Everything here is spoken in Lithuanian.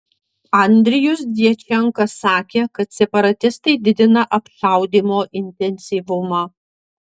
andrijus djačenka sakė kad separatistai didina apšaudymo intensyvumą